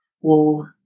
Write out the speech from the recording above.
wall